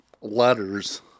letters